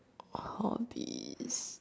hobbies